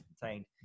contained